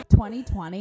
2020